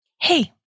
Hey